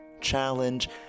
challenge